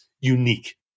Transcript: unique